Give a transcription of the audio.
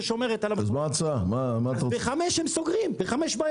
בחמש בערב הם סוגרים.